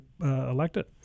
elected